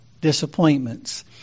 disappointments